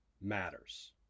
matters